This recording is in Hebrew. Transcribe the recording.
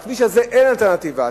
לכביש הזה אין אלטרנטיבה,